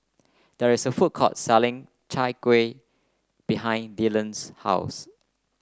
there is a food court selling Chai Kueh behind Dyllan's house